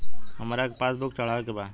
हमरा के पास बुक चढ़ावे के बा?